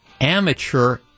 amateur